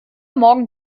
morgen